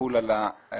יחול על המנכ"ל.